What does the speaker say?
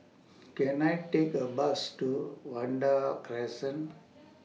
Can I Take A Bus to Vanda Crescent